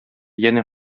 янә